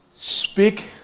Speak